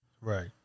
Right